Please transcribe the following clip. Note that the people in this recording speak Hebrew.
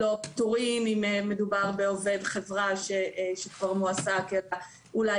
אם מדובר בעובד בחברה שכבר מועסק אז לא פיטורים אלא אולי